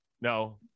No